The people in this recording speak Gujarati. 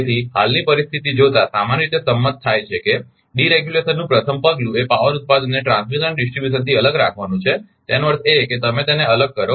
તેથી હાલની પરિસ્થિતિ જોતાં સામાન્ય રીતે સંમત થાય છે કે ડીરેગ્યુલેશનનું પ્રથમ પગલું એ પાવર ઉત્પાદનને ટ્રાન્સમિશન અને ડિસ્ટ્રીબ્યુશનથી અલગ રાખવાનું છે તેનો અર્થ એ કે તમે તેને અલગ કરો